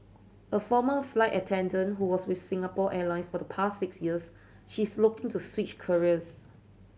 a former flight attendant who was with Singapore Airlines for the past six years she is looking to switch careers